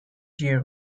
tier